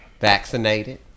Vaccinated